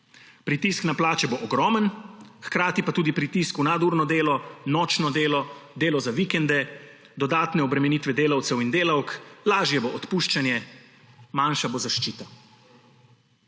Pritisk na plače bo ogromen, hkrati pa tudi pritisk v nadurno delo, nočno delo, delo za vikende, dodatne obremenitve delavcev in delavk, lažje bo odpuščanje, manjša bo zaščita.